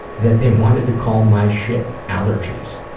that they wanted to call my shit allergies.